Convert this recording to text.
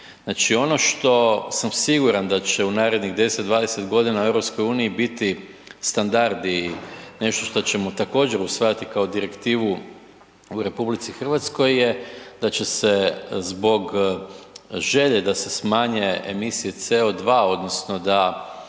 Znači ono što sam siguran da će u narednih 10, 20 godina u EU biti standardi, nešto što ćemo također usvajati kao direktivu u RH je da će se zbog želje da se smanje emisije CO2 odnosno da